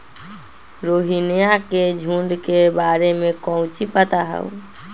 रोहिनया के झुंड के बारे में कौची पता हाउ?